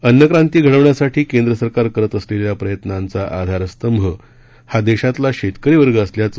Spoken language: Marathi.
अन्नक्रांती घडवण्यासाठी केंद्र सरकार करत असलेल्या प्रयत्नांचा आधारस्तंभ हा देशातला शेतकरीवर्ग असल्याचं